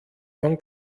von